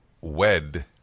wed